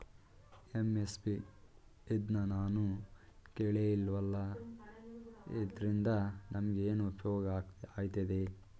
MSP ಇದ್ನನಾನು ಕೇಳೆ ಇಲ್ವಲ್ಲ? ಇದ್ರಿಂದ ನಮ್ಗೆ ಏನ್ಉಪ್ಯೋಗ ಆಯ್ತದೆ?